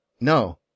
no